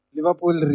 Liverpool